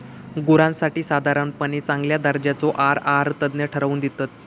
गुरांसाठी साधारणपणे चांगल्या दर्जाचो आहार आहारतज्ञ ठरवन दितत